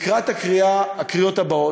לקראת הקריאות הבאות,